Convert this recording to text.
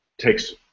takes